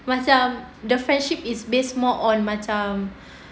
macam the friendship is base more on macam